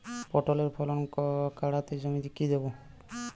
পটলের ফলন কাড়াতে জমিতে কি দেবো?